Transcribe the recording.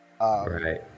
right